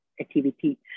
activity